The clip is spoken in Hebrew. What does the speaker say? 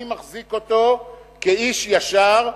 אני מחזיק אותו כאיש ישר,